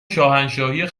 شاهنشاهی